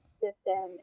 system